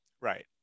Right